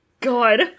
God